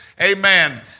Amen